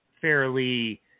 fairly